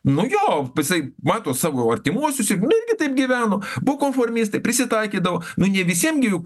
nu jo jisai mato savo artimuosius nu irgi taip gyveno buvo konformistai prisitaikydavo nu ne visiem gi juk